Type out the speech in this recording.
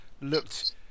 looked